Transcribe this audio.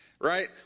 Right